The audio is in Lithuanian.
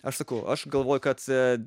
aš sakau aš galvoju kad